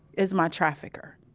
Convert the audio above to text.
as my trafficker.